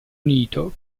unito